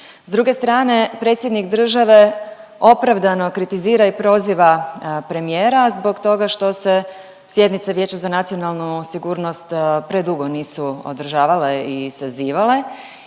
S druge strane predsjednik države opravdano kritizira i proziva premijera zbog toga što se sjednice Vijeća za nacionalnu sigurno predugo nisu održavale i sazivale